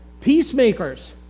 peacemakers